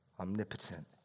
omnipotent